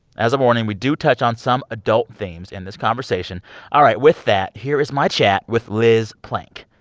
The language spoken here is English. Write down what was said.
as a warning, we do touch on some adult themes in this conversation all right, with that, here is my chat with liz plank.